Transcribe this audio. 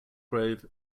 grove